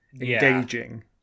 engaging